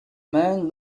man